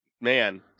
man